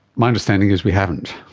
my understanding is we haven't.